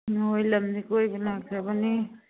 ꯍꯣꯏ ꯂꯝꯁꯦ ꯀꯣꯏꯕ ꯂꯥꯛꯆꯕꯅꯤ